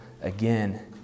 again